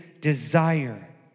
desire